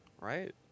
right